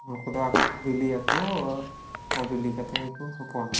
ᱱᱩᱠᱩᱫᱚ ᱵᱤᱞᱤᱭᱟᱠᱚ ᱵᱤᱞᱤ ᱠᱟᱛᱮᱫᱠᱚ ᱦᱚᱯᱚᱱᱟ